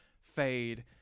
fade